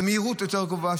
במהירות יותר גבוהה,